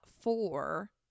four